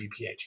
BPH